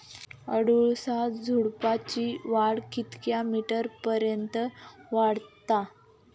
अडुळसा झुडूपाची वाढ कितक्या मीटर पर्यंत वाढता?